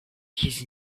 his